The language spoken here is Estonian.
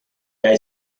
jäi